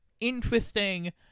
interesting